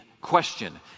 question